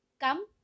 come